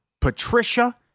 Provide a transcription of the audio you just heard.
Patricia